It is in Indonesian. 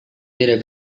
tidak